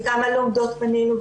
וכמה לומדות בנינו,